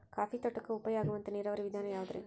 Coffee ತೋಟಕ್ಕ ಉಪಾಯ ಆಗುವಂತ ನೇರಾವರಿ ವಿಧಾನ ಯಾವುದ್ರೇ?